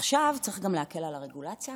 עכשיו צריך גם להקל על הרגולציה.